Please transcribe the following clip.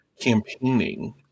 campaigning